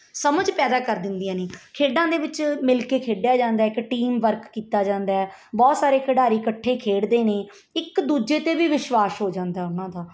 ਸਮਝ ਪੈਦਾ ਕਰ ਦਿੰਦੀਆਂ ਨੇ ਖੇਡਾਂ ਦੇ ਵਿੱਚ ਮਿਲ ਕੇ ਖੇਡਿਆ ਜਾਂਦਾ ਹੈ ਇੱਕ ਟੀਮ ਵਰਕ ਕੀਤਾ ਜਾਂਦਾ ਹੈ ਬਹੁਤ ਸਾਰੇ ਖਿਡਾਰੀ ਇਕੱਠੇ ਖੇਡਦੇ ਨੇ ਇੱਕ ਦੂਜੇ 'ਤੇ ਵੀ ਵਿਸ਼ਵਾਸ ਹੋ ਜਾਂਦਾ ਉਹਨਾਂ ਦਾ